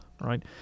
right